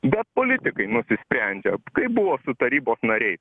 bet politikai nusisprendžia kaip buvo su tarybos nariais